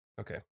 Okay